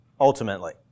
ultimately